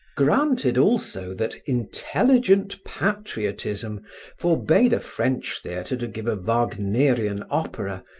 granted also that intelligent patriotism forbade a french theatre to give a wagnerian opera,